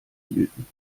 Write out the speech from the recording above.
hielten